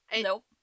Nope